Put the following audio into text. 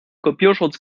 kopierschutz